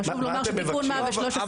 חשוב לומר שתיקון 113 -- מה אתם מבקשים?